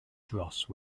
dros